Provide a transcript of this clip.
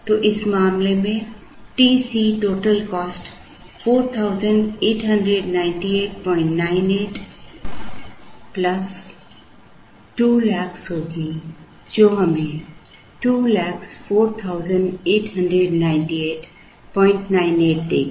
तो इस मामले में TC 489898 200000 होगी जो हमें 20489898 देगी